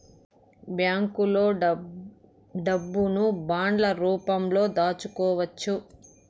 బ్యాంకులో డబ్బును బాండ్ల రూపంలో దాచుకోవచ్చు